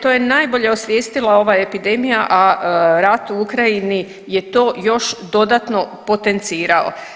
To je najbolje osvijestila ova epidemija, a rat u Ukrajini je to još dodatno potencirao.